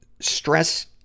stress